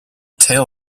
tail